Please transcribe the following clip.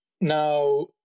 Now